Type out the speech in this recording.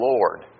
Lord